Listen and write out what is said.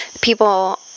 people